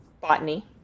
botany